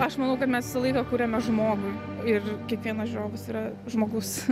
aš manau kad mes visą laiką kuriame žmogui ir kiekvienas žiūrovas yra žmogus